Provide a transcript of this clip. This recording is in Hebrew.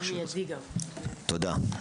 תודה.